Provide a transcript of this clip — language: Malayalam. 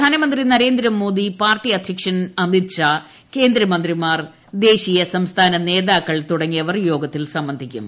പ്രധാനമന്ത്രി നരേന്ദ്രമോദി പാർട്ടി അധ്യക്ഷൻ അമിത്ഷാ കേന്ദ്രമന്ത്രിമാർ ദേശീയ സംസ്ഥാന നേതാക്കൾ തുടങ്ങിയവർ യോഗത്തിൽ സംബന്ധിക്കും